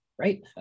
Right